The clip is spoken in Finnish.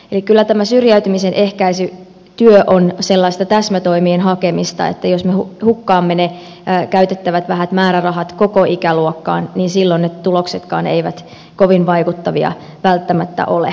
eli kyllä tämä syrjäytymisen ehkäisytyö on sellaista täsmätoimien hakemista että jos me hukkaamme ne käytettävät vähät määrärahat koko ikäluokkaan niin silloin ne tuloksetkaan eivät kovin vaikuttavia välttämättä ole